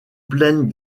pleine